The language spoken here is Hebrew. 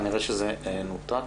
כנראה שהקשר בזום נותק.